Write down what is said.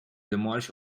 demolish